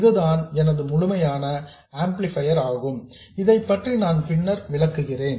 இதுதான் எனது முழுமையான ஆம்ப்ளிபையர் ஆகும் இதைப் பற்றி நான் பின்னர் விளக்குகிறேன்